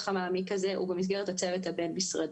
המעמיק הזה הוא במסגרת הצוות הבין משרדי.